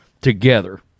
together